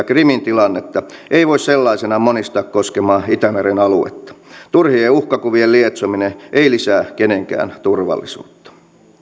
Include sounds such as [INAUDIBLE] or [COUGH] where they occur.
[UNINTELLIGIBLE] krimin tilannetta ei voi sellaisenaan monistaa koskemaan itämeren aluetta turhien uhkakuvien lietsominen ei lisää kenenkään turvallisuutta